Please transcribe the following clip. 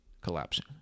collapsing